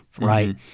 right